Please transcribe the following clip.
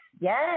Yes